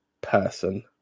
person